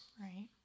right